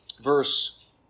verse